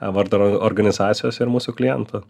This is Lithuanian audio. vardą or organizacijos ir mūsų klientų